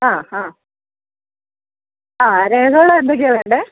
ആ ഹാ ആ രേഖകള് എന്തെക്കെയാണു വേണ്ടത്